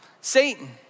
Satan